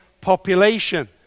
population